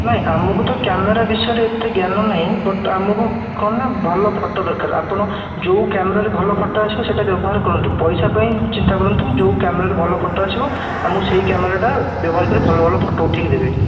ନାଇଁ ଆମକୁ ତ କ୍ୟାମେରା ବିଷୟରେ ଏତେ ଜ୍ଞାନ ନାଇ ବଟ୍ ଆମକୁ କ'ଣ ନା ଭଲ ଫୋଟୋ ଦରକାର ଆପଣ ଯୋଉ କ୍ୟାମେରାରେ ଭଲ ଫୋଟୋ ଆସିବ ସେଇଟା ବ୍ୟବହାର କରନ୍ତୁ ପଇସା ପାଇଁ ଚିନ୍ତା କରନ୍ତୁନି ଯୋଉ କ୍ୟାମେରା ରେ ଭଲ ଫୋଟୋ ଆସିବ ଆମକୁ ସେଇ କ୍ୟାମେରାଟା ବ୍ୟବହାର କରି ଭଲ ଭଲ ଫୋଟୋ ଉଠେଇକି ଦେବେ